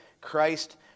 Christ